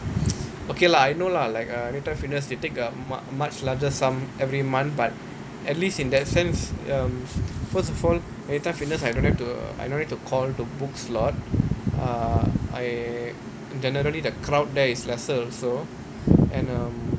okay lah I know lah like uh Anytime Fitness they take a much much larger sum every month but at least in that sense um first of all Anytime Fitness I don't have to uh I no need to call to book slot uh I generally the crowd there is lesser also and um